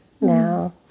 now